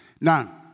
Now